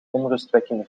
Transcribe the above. onrustwekkende